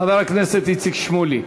חבר הכנסת איציק שמולי,